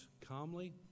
calmly